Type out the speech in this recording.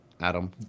Adam